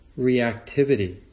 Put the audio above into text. reactivity